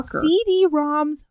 CD-ROMs